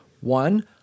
one